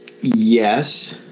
Yes